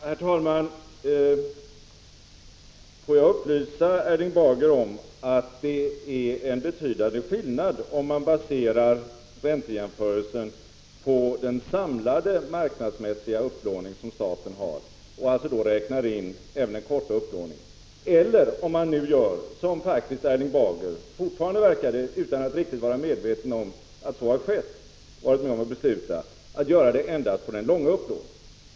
Herr talman! Får jag upplysa Erling Bager om att det är en betydande skillnad mellan att basera räntejämförelsen på statens samlade marknadsmässiga upplåning, där man alltså räknar in även den kortfristiga upplåningen, och att, som nu har skett — Erling Bager verkar fortfarande inte vara medveten om att han varit med om att besluta det — basera jämförelsen endast på den långfristiga upplåningen.